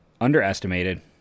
Underestimated